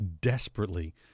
desperately